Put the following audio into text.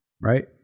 right